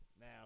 Now